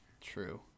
True